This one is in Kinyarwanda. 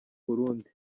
burundi